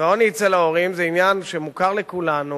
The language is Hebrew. ועוני אצל ההורים זה עניין שמוכר לכולנו,